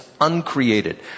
uncreated